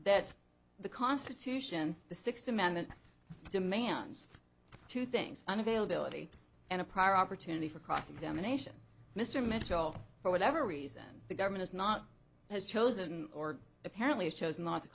that the constitution the sixth amendment demands two things an availability and a prior opportunity for cross examination mr mitchell for whatever reason the government is not has chosen or apparently chose not to